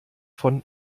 von